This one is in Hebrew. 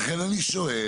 לכן אני שואל,